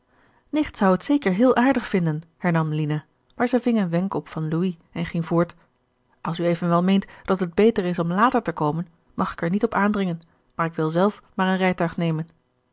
nicht zou het zeker heel aardig vinden hernam lina maar zij ving een wenk op van louis en ging voort als u evenwel meent dat het beter is om later te komen mag ik er niet op aandringen maar wil ik zelf maar een rijtuig nemen